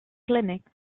clinic